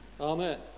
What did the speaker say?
Amen